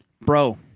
bro